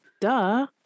duh